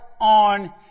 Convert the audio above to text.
on